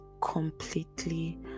completely